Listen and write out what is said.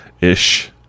Ish